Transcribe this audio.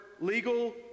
legal